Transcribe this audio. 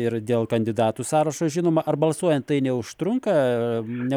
ir dėl kandidatų sąrašo žinoma ar balsuojant tai neužtrunka ne